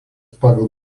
pagal